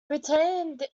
retained